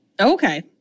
Okay